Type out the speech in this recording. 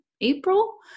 April